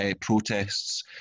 protests